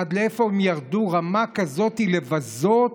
עד לאיפה הם ירדו, לרמה כזאת, לבזות